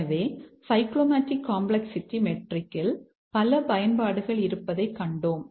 எனவே cyclomatic complexity மெட்ரிக்கில் பல பயன்பாடுகள் இருப்பதைக் கண்டோம்